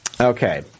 Okay